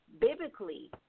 Biblically